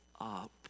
up